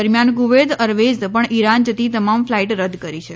દરમિયાન કુવૈત અરવેઝે પણ ઈરાન જતી તમામ ફ્લાઈટ રદ કરી છે